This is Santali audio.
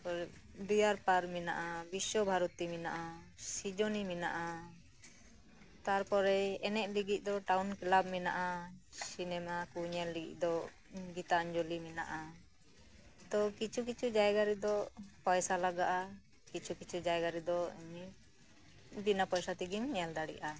ᱛᱟᱯᱚᱨᱮ ᱰᱤᱭᱟᱨ ᱯᱟᱨᱠ ᱢᱮᱱᱟᱜᱼᱟ ᱵᱤᱥᱥᱚ ᱵᱷᱟᱨᱚᱛᱤ ᱢᱮᱱᱟᱜᱼᱟ ᱥᱨᱤᱡᱚᱱᱤ ᱢᱮᱱᱟᱜᱼᱟ ᱛᱟᱨᱯᱚᱨᱮ ᱮᱱᱮᱡ ᱞᱟᱹᱜᱤᱫ ᱫᱚ ᱴᱟᱣᱩᱱ ᱠᱞᱟᱵ ᱢᱮᱱᱟᱜᱼᱟ ᱥᱤᱱᱮᱢᱟᱠᱩ ᱧᱮᱞ ᱞᱟᱹᱜᱤᱫ ᱫᱚ ᱜᱤᱛᱟᱧᱡᱚᱞᱤ ᱢᱮᱱᱟᱜᱼᱟ ᱛᱚ ᱠᱤᱪᱷᱩ ᱠᱤᱪᱷᱩ ᱡᱟᱭᱜᱟ ᱨᱮᱫᱚ ᱯᱚᱭᱥᱟ ᱞᱟᱜᱟᱜᱼᱟ ᱠᱤᱪᱷᱩ ᱠᱤᱪᱷᱩ ᱡᱟᱭᱜᱟ ᱨᱮᱫᱚ ᱮᱢᱱᱤ ᱵᱤᱱᱟ ᱯᱚᱭᱥᱟ ᱛᱮᱜᱤᱢ ᱧᱮᱞᱫᱟᱲᱤᱭᱟᱜᱼᱟ